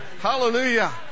Hallelujah